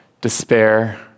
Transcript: despair